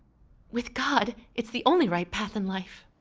with god, it's the only right path in life.